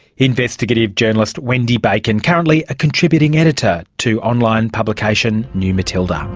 investigative journalist wendy bacon, currently a contributing editor to online publication new matilda.